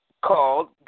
called